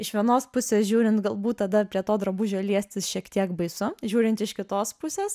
iš vienos pusės žiūrint galbūt tada prie to drabužio liestis šiek tiek baisu žiūrint iš kitos pusės